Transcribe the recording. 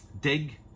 dig